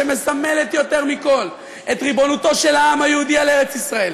שמסמלת יותר מכול את ריבונותו של העם היהודי על ארץ-ישראל,